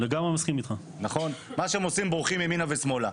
מה שהם עושים, בורחים ימינה ושמאלה.